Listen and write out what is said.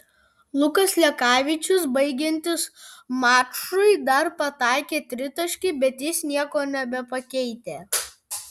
lukas lekavičius baigiantis mačui dar pataikė tritaškį bet jis nieko nebepakeitė